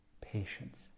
patience